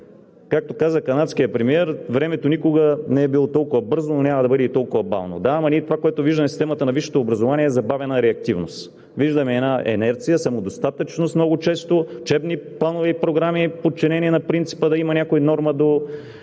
Както каза канадският премиер – времето никога не е било толкова бързо, но няма да бъде и толкова бавно. Да, ама ние това, което виждаме в системата на висшето образование, е забавена реактивност. Виждаме една инерция, самодостатъчност много често, учебни планове и програми, подчинени на принципа да има някой норма –